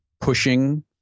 pushing